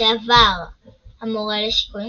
לשעבר המורה לשיקויים,